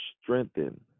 strengthen